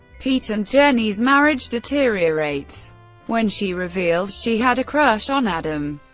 pete and jenny's marriage deteriorates when she reveals she had a crush on adam.